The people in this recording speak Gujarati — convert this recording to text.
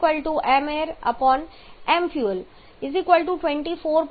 તેથી આ ચોક્કસ કિસ્સામાં હવા ફ્યુઅલનો ગુણોત્તર હશે AFmairmfuel20 1 × 32 3